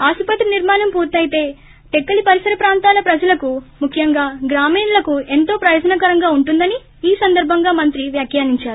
ఆసుపత్రి నిర్మాణం పూర్తయితే టెక్కలి పరిసర ప్రాంతాల ప్రజలకు ముఖ్యంగా గ్రామీణులకు ఎంతో ప్రయోజనకరంగా ఉంటుందని ఈ సందర్బంగా మంత్రి వ్యాఖ్యానించారు